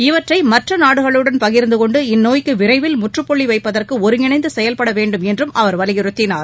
இவற்றை மற்ற நாடுகளுடன் பகிா்ந்தகொண்டு இந்நோய்க்கு விரைவில் முற்றப்புள்ளி வைப்பதற்கு ஒருங்கிணைந்து செயல்பட வேண்டும் என்றும் அவர் வலியுறுத்தினார்